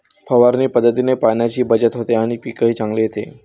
फवारणी पद्धतीने पाण्याची बचत होते आणि पीकही चांगले येते